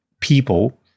people